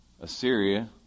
Assyria